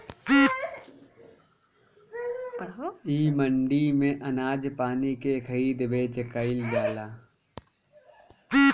इ मंडी में अनाज पानी के खरीद बेच कईल जाला